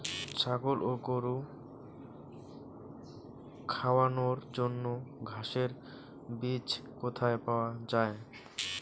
ছাগল ও গরু খাওয়ানোর জন্য ঘাসের বীজ কোথায় পাওয়া যায়?